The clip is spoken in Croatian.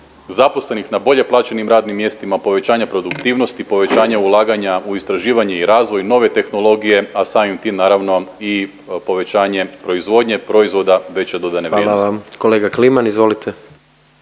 zaposlenih na bolje plaćenim radnim mjestima, povećanja produktivnosti, povećanje ulaganja u istraživanje i razvoj, u nove tehnologije, a samim tim naravno i povećanje proizvodnje, proizvoda veće dodatne vrijednosti. **Jandroković, Gordan